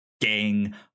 gang